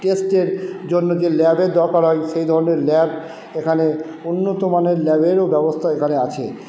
টেস্টের জন্য যে ল্যাবের দরকার হয় সেই ধরণের ল্যাব এখানে উন্নত মানের ল্যাবেরও ব্যবস্থা এখানে আছে